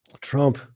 Trump